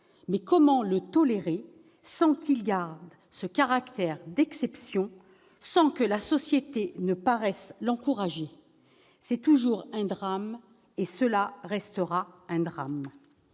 Mais comment le tolérer sans qu'il perde ce caractère d'exception, sans que la société paraisse l'encourager ?[...] C'est toujours un drame et cela restera toujours